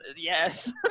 yes